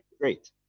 Great